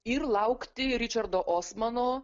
ir laukti ričardo osmano